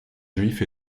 juif